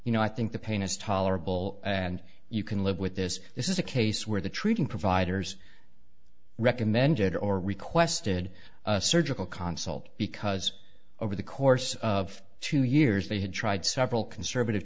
you know i think the pain is tolerable and you can live with this this is a case where the treating providers recommended or requested a surgical console because over the course of two years they had tried several conservative